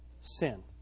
sin